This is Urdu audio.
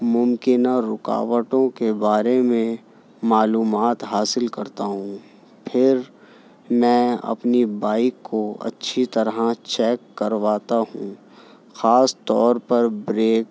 ممکنہ رکاوٹوں کے بارے میں معلومات حاصل کرتا ہوں پھر میں اپنی بائک کو اچھی طرح چیک کرواتا ہوں خاص طور پر بریک